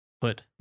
put